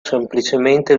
semplicemente